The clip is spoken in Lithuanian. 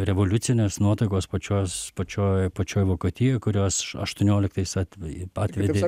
revoliucinės nuotaikos pačios pačioje pačioj vokietijoj kurios aštuonioliktais atveji patvedi